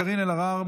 קארין אלהרר,